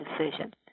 decision